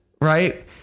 right